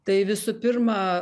tai visų pirma